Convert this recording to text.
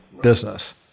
business